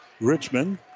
Richmond